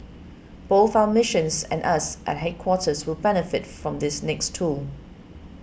both our missions and us at headquarters will benefit from this next tool